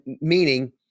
meaning